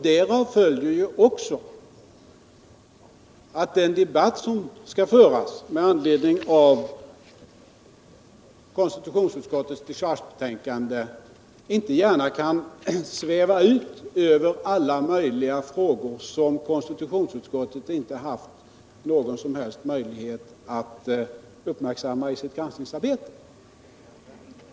Därav följer också att den debatt som skall föras med anledning av konstitutionsutskottets dechargebetänkande inte gärna kan sväva ut över alla möjliga frågor som konstitutionsutskottet inte har haft någon som helst möjlighet att uppmärksamma i sitt granskningsarbete.